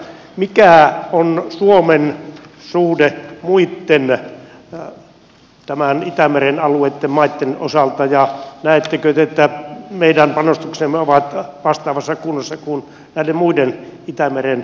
mikä on suomen suhde muitten itämeren alueen maitten osalta ja näettekö te että meidän panostuksemme ovat vastaavassa kunnossa kuin näiden muiden itämeren valtioiden